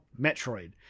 Metroid